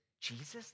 Jesus